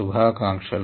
శుభాకాంక్షలు